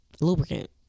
lubricant